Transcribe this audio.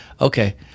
Okay